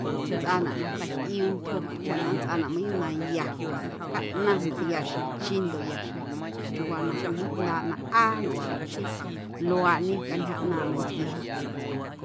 Nntsꞌaanaꞌ na jnda̱ tꞌiuu ntjo na nntsꞌaanaꞌ na mayuuꞌ na ya ndoꞌ caꞌnaⁿ ndoꞌ ya xjeⁿ chi ndoꞌ ya xjeⁿ chiuuwaa na cwiwijndaaꞌ na ꞌaanaꞌ joꞌ chii luaaꞌ niom cantyja ꞌnaaⁿꞌ nantquiemeiⁿꞌ.